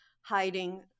hiding